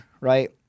right